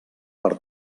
per